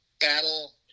battle